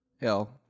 Hell